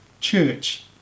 church